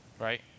right